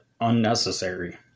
unnecessary